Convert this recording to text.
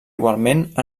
igualment